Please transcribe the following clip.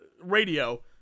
radio